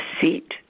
seat